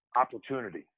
opportunity